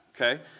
okay